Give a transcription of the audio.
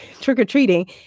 trick-or-treating